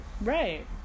Right